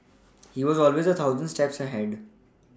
he was always a thousand steps ahead